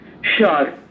Sure